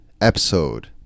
episode